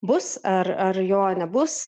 bus ar ar jo nebus